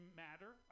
matter